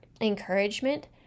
encouragement